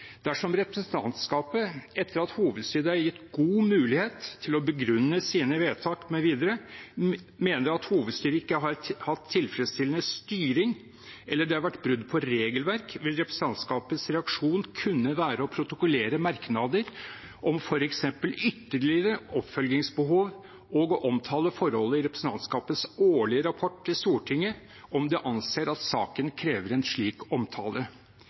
representantskapet etter at hovedstyret er gitt god mulighet til å begrunne sine vedtak mv., mener at hovedstyret ikke har hatt tilfredsstillende styring, eller det har vært brudd på regelverk, vil representantskapets reaksjon kunne være å protokollføre merknader om for eksempel ytterligere oppfølgingsbehov og å omtale forholdet i representantskapets årlige rapport til Stortinget om det anser at saken krever en slik omtale.